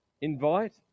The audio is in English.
Invite